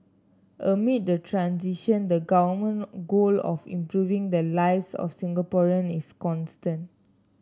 amid the transition the government goal of improving the lives of Singaporean is constant